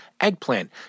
eggplant